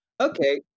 okay